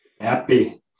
Happy